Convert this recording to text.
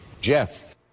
Jeff